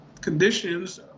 conditions